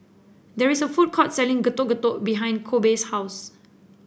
there is a food court selling Getuk Getuk behind Kobe's house